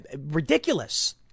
ridiculous